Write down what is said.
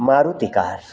Maruti cars